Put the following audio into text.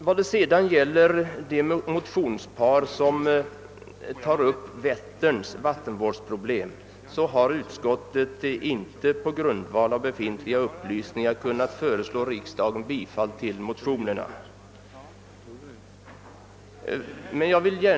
I motionsparet I: 715 och II: 911 upptas Vätterns vattenvårdsproblem. Utskottet har på grundval av tillgängliga upplysningar inte kunnat föreslå bifall till dessa motioner.